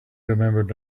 remembered